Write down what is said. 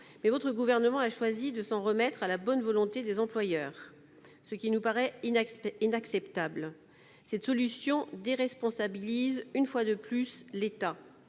mais le Gouvernement a choisi de s'en remettre à la bonne volonté des employeurs, ce qui nous paraît inacceptable. Cette solution déresponsabilise, une fois de plus, l'État.